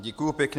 Děkuji pěkně.